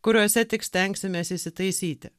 kuriuose tik stengsimės įsitaisyti